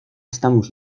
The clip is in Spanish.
estamos